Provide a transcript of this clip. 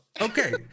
okay